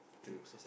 two